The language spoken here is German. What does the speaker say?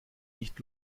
nicht